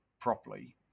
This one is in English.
properly